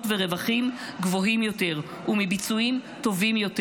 ורווחים גבוהים יותר ומביצועים טובים יותר.